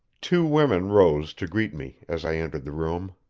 two women rose to greet me as i entered the room.